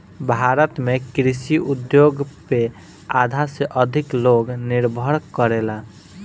भारत में कृषि उद्योग पे आधा से अधिक लोग निर्भर करेला